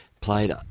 played